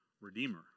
Redeemer